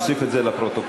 נוסיף את זה לפרוטוקול.